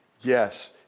Yes